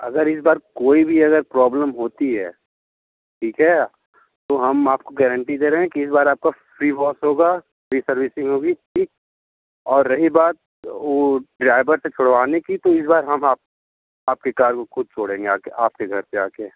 अगर इस बार कोई भी अगर प्रॉब्लम होती है ठीक है तो हम आपको गारंटी दे रहें हैं की इस बार आपका फ्री वाश होगा फ्री सर्विसिंग होगी और रही बात वो ड्राइवर से छुड़वाने की तो इस बार हम आप आपकी कार को खुद छोड़ेंगे आपके घर घर पे आके